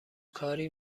کاری